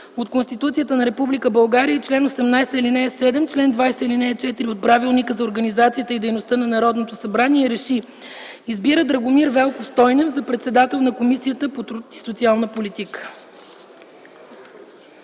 от Конституцията на Република България и чл. 18, ал. 7, чл. 20, ал. 4 от Правилника за организацията и дейността на Народното събрание РЕШИ: Избира Драгомир Велков Стойнев за председател на Комисията по труд и социална политика.”